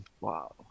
Wow